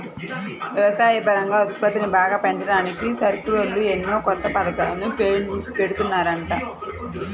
వ్యవసాయపరంగా ఉత్పత్తిని బాగా పెంచడానికి సర్కారోళ్ళు ఎన్నో కొత్త పథకాలను పెడుతున్నారంట